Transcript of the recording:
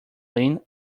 lean